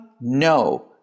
No